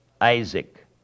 Isaac